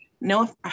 no